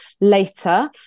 later